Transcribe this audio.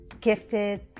gifted